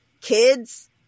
kids